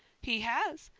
he has.